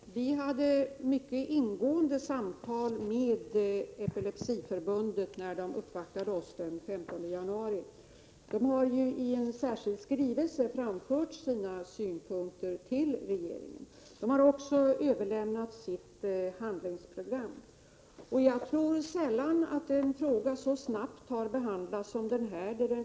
Herr talman! Vi hade mycket ingående samtal med Epilepsiförbundet när man uppvaktade oss den 15 januari. Förbundet har i en särskild skrivelse framfört sina synpunkter till regeringen. Förbundet har också överlämnat sitt handlingsprogram. Jag tror sällan att en fråga så snabbt har behandlats som den här.